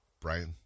Brian